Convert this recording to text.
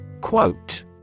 Quote